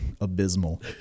abysmal